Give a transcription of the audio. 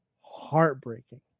heartbreaking